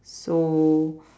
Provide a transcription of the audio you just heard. so